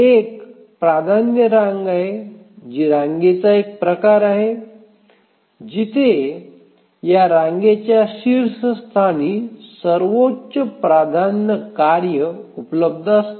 एक प्राधान्य रांग आहे जी रांगेचा एक प्रकार आहे जिथे रांगाच्या शीर्षस्थानी सर्वोच्च प्राधान्य कार्य उपलब्ध असते